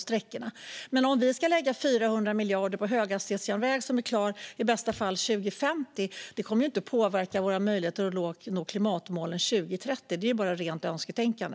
Att lägga 400 miljarder på höghastighetsjärnväg som i bästa fall är klar 2050 påverkar inte vår möjlighet att nå klimatmålen 2030, utan det är som sagt rent önsketänkande.